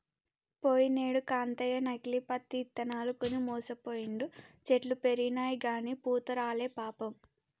పోయినేడు కాంతయ్య నకిలీ పత్తి ఇత్తనాలు కొని మోసపోయిండు, చెట్లు పెరిగినయిగని పూత రాలే పాపం